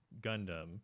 Gundam